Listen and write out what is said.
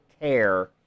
care